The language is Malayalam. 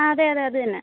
ആ അതെ അതെ അത് തന്നെ